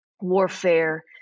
Warfare